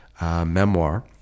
memoir